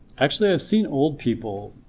actually, i have seen old people,